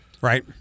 Right